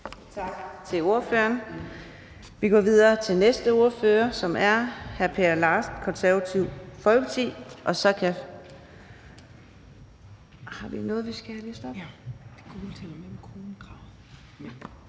opklaret lidt her. Så går vi videre til næste ordfører, som er hr. Per Larsen, Det Konservative Folkeparti.